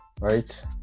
Right